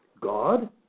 God